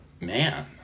man